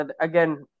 Again